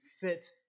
fit